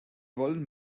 wollen